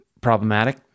problematic